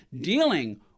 dealing